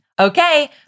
Okay